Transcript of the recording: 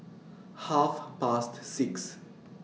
Half Past six